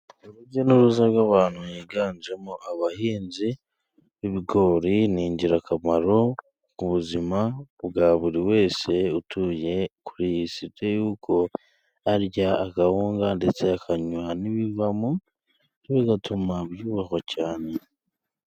Urujya n’uruza rw’abantu, higanjemo abahinzi b’ibigori, ni ingirakamaro ku buzima bwa buri wese utuye kuri iyi site, kuko arya akawunga ndetse akanywa n’ibivamo, bigatuma yubahwa cyane.